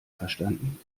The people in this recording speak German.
verstanden